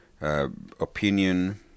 opinion